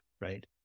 right